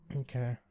Okay